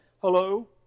Hello